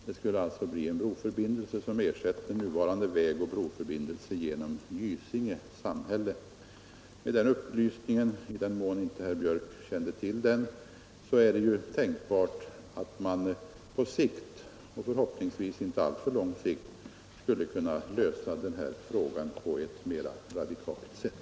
Det skulle alltså bli en broförbindelse som ersätter nuvarande vägoch broförbindelse genom Gysinge samhälle. Jag har velat lämna denna upplysning för den händelse herr Björk inte känner till detta. Det är ju tänkbart att man härigenom på förhoppningsvis inte alltför lång sikt skulle kunna lösa frågan på ett mera radikalt sätt.